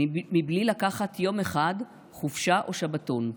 / מבלי לקחת יום אחד חופשה או שבתון,